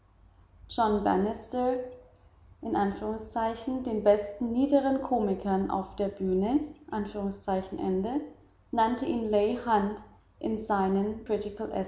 fußnote john den besten niederen komiker auf der bühne nannte ihn leigh hunt in seinen